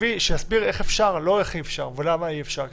ושיסבירו איך אפשר ולא איך אי-אפשר או למה אי-אפשר כי